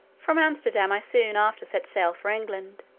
from amsterdam i soon after set sail for england,